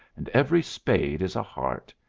and every spade is a heart.